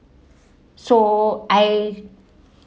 so I